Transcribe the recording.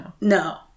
No